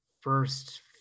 First